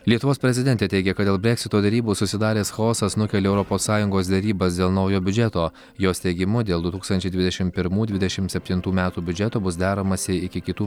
lietuvos prezidentė teigia kad dėl breksito derybų susidaręs chaosas nukelia europos sąjungos derybas dėl naujo biudžeto jos teigimu dėl du tūkstančiai dvidešim pirmų dvidešim septintų metų biudžeto bus deramasi iki kitų